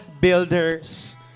builders